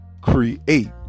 create